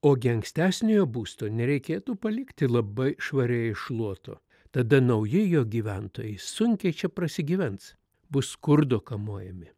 ogi ankstesniojo būsto nereikėtų palikti labai švariai iššluoto tada nauji jo gyventojai sunkiai čia prasigyvens bus skurdo kamuojami